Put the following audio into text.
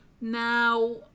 Now